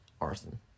Arson